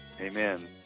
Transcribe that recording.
Amen